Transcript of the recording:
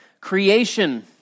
Creation